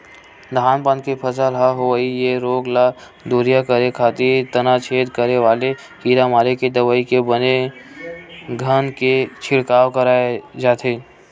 धान पान के फसल म होवई ये रोग ल दूरिहा करे खातिर तनाछेद करे वाले कीरा मारे के दवई के बने घन के छिड़काव कराय जाथे